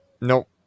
Nope